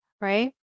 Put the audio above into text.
right